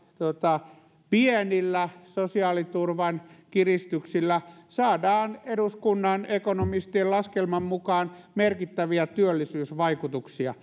pienillä sosiaaliturvan kiristyksillämme saadaan eduskunnan ekonomistien laskelman mukaan merkittäviä työllisyysvaikutuksia